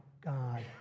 God